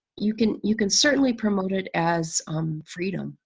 you can you can certainly promote it as um freedom,